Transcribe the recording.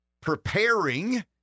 preparing